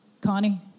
Connie